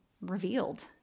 revealed